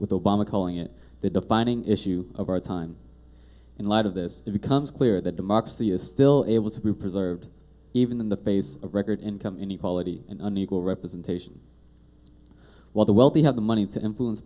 with obama calling it the defining issue of our time in light of this it becomes clear that democracy is still able to be preserved even in the face of record income inequality in an equal representation while the wealthy have the money to influence